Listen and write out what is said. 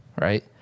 Right